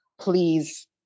please